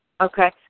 Okay